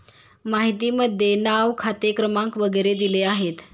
माहितीमध्ये नाव खाते क्रमांक वगैरे दिले आहेत